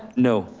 no,